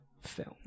film